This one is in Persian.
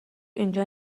اینجا